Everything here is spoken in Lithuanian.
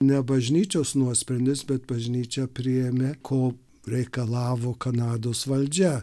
ne bažnyčios nuosprendis bet bažnyčia priėmė ko reikalavo kanados valdžia